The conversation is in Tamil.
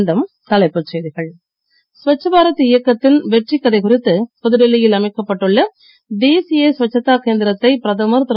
மீண்டும் தலைப்புச் செய்திகள் ஸ்வச் பாரத் இயக்கத்தின் வெற்றிக் கதை குறித்து புதுடில்லி யில் அமைக்கப் பட்டுள்ள தேசிய ஸ்வச்தா கேந்திரத்தை பிரதமர் திரு